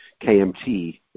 KMT